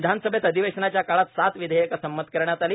विधानसभेत अधिवेशनाच्या काळात सात विधेयके संमत करण्यात आली